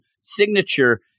signature